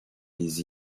les